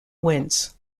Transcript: wins